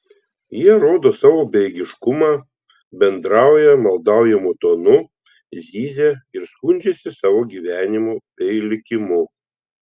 jie rodo savo bejėgiškumą bendrauja maldaujamu tonu zyzia ir skundžiasi savo gyvenimu bei likimu